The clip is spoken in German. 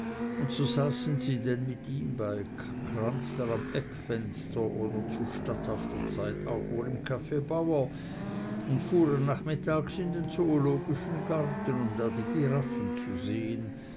und so saßen sie denn mit ihm bei kranzler am eckfenster oder zu statthafter zeit auch wohl im caf bauer und fuhren nachmittags in den zoologischen garten um da die giraffen zu sehen